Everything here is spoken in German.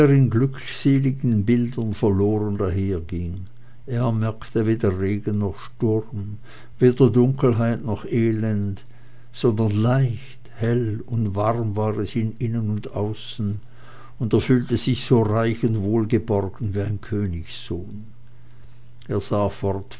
in glückseligen bildern verloren daherging er merkte weder regen noch sturm weder dunkelheit noch elend sondern leicht hell und warm war es ihm innen und außen und er fühlte sich so reich und wohlgeborgen wie ein königssohn er